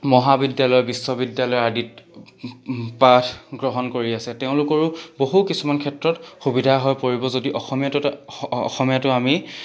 মহাবিদ্যালয় বিশ্ববিদ্যালয় আদিত পাঠ গ্ৰহণ কৰি আছে তেওঁলোকৰো বহু কিছুমান ক্ষেত্ৰত সুবিধা হৈ পৰিব যদি অসমীয়াটো ত অসমীয়াটো আমি